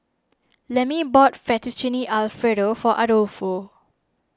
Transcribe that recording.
Lemmie bought Fettuccine Alfredo for Adolfo